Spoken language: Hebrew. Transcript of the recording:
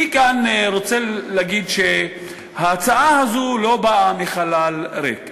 אני רוצה להגיד שההצעה הזו לא באה בחלל ריק.